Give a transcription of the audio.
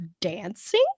dancing